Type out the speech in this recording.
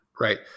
right